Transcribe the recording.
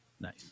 Nice